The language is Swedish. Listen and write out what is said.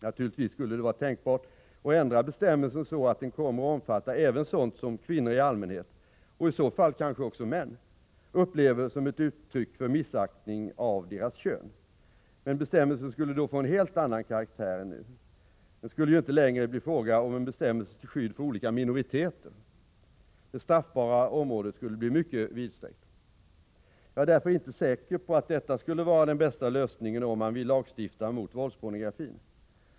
Naturligtvis skulle det vara tänkbart att ändra bestämmelsen så att den kommer att omfatta även sådant som kvinnor i allmänhet — och i så fall kanske också män — upplever som ett uttryck för missaktning av deras kön. Men bestämmelsen skulle då få en helt annan karaktär än nu. Det skulle ju inte längre bli fråga om en bestämmelse till skydd för olika minoriteter. Det straffbara området skulle bli mycket vidsträckt. Jag är därför inte säker på att detta skulle vara den bästa lösningen, om man vill lagstifta mot våldspornografin.